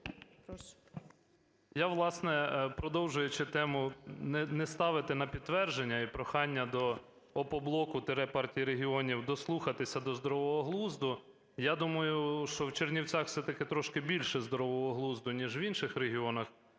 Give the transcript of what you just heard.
Я, власне, продовжуючи тему не ставити на підтвердження. І прохання до "Опоблоку" – Партії регіонів дослухатися до здорового глузду. Я думаю, що в Чернівцях все-таки трошки більше здорового глузду, ніж в інших регіонах.